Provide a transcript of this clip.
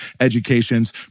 educations